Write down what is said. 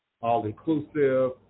all-inclusive